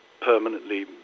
permanently